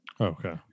Okay